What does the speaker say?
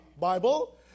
Bible